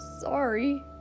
sorry